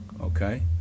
Okay